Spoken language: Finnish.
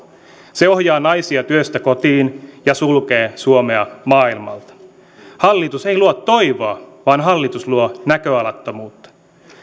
se ohjaa naisia työstä kotiin ja sulkee suomea maailmalta hallitus ei luo toivoa vaan hallitus luo näköalattomuutta